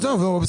התנגדות.